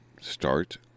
start